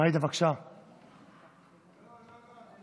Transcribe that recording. באמת מאמינה